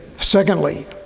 Secondly